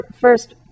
first